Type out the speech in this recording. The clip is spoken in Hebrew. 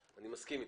אני מסכים אתך.